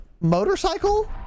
motorcycle